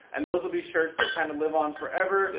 and those will be shirts that kind of live on forever,